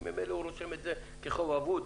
כי ממילא הוא רושם את זה כחוב אבוד.